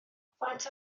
faint